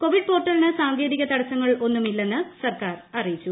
Covid പോർട്ടലിന് സാങ്കേതിക തടസ്സങ്ങൾ ഒന്നും ഇല്ലെന്ന് സർക്കാർ അറിയിച്ചു